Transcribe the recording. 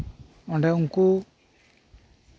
ᱚᱸᱰᱮ ᱩᱱᱠᱩ